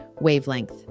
Wavelength